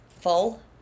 full